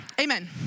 Amen